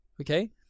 Okay